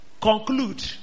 conclude